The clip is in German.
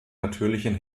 natürlichen